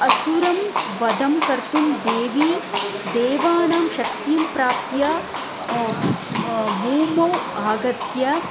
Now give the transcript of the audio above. असुरं वधं कर्तुं देवी देवानां शक्तिं प्राप्य भूमौ आगत्य